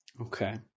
Okay